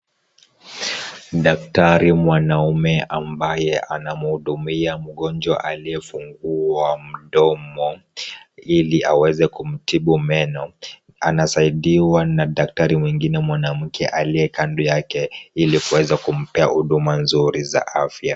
Daktari mwanaume ambaye anamhudumia mgonjwa aliyefungua mdomo, ili aweze kumtibu meno, anasaidiwa na daktari mwingine mwanamke aliyekando yake ili kuweza kumpea huduma nzuri za afya.